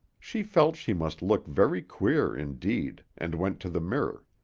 she felt she must look very queer, indeed, and went to the mirror.